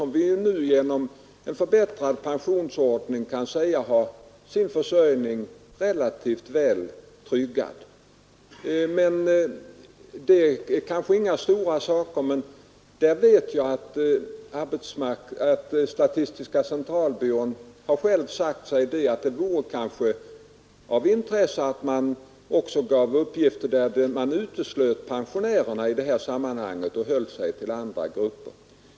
Med den förbättrade pensionsordningen har ju pensionärerna sin försörjning relativt väl tryggad. Detta är kanske inga stora saker, men jag vet att statistiska centralbyrån själv har sagt sig att det kanske vore av intresse att man också gav uppgifter där man uteslöt pensionärerna i detta sammanhang och höll sig till de övriga grupperna.